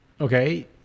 okay